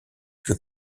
que